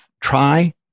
try